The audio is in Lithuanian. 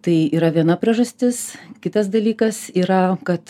tai yra viena priežastis kitas dalykas yra kad